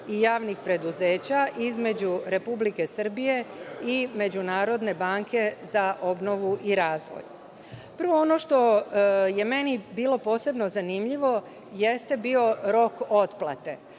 i javnih preduzeća, između Republike Srbije i Međunarodne banke za obnovu i razvoj. Prvo, ono što je meni bilo posebno zanimljivo, jeste bio rok otplate.